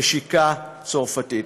נשיקה צרפתית.